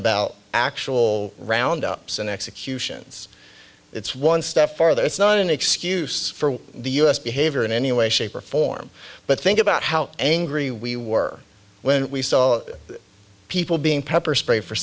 about actual round ups and executions it's one step farther it's not an excuse for the u s behavior in any way shape or form but think about how angry we were when we saw people being pepper spray for